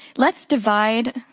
let's divide.